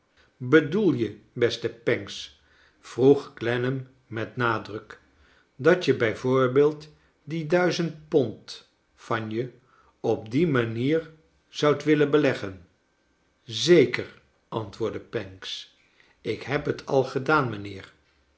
bedoel je beste pancks vroeg clennam met nadruk dat je b v die duizend pond van je op die manier zoudt willen beleggen zeker antwoordde pancks ik heb het al gedaan